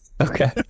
Okay